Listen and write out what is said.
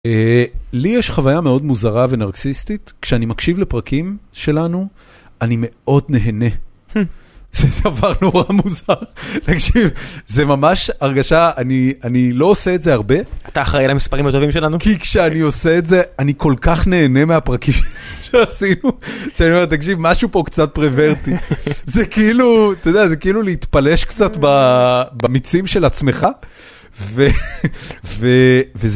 לי יש חוויה מאוד מוזרה ונרקסיסטית, כשאני מקשיב לפרקים שלנו, אני מאוד נהנה. זה דבר נורא מוזר. תקשיב, זה ממש הרגשה, אני - אני לא עושה את זה הרבה. אתה אחראי על המספרים הטובים שלנו? כי כשאני עושה את זה, אני כל כך נהנה מהפרקים שעשינו. שאני אומר, תקשיב, משהו פה קצת פרוורטי. זה כאילו, אתה יודע, זה כאילו להתפלש קצת במיצים של עצמך, וזה...